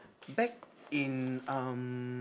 back in um